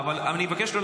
--- שנייה רגע, אני אעצור.